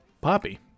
poppy